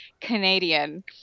Canadian